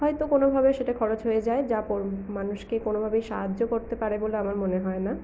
হয়তো কোনোভাবে সেটা খরচ হয়ে যায় যা মানুষকে কোনোভাবেই সাহায্য করতে পারে বলে আমার মনে হয় না